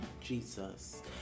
Jesus